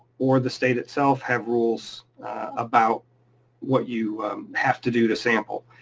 or the state itself have rules about what you have to do to sample.